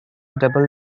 double